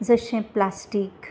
जशें प्लास्टीक